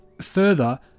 Further